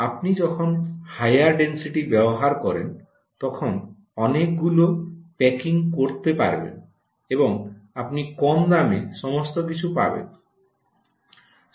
আপনি যখন higher density ব্যবহার করেন তখন অনেকগুলো প্যাকিং করতে পারবেন এবং আপনি কম দামে সমস্ত কিছু পাবেন